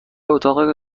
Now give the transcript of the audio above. اتاق